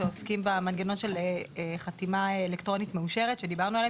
שעוסקים במנגנון של חתימה אלקטרונית מאושרת ושדיברנו עליהם.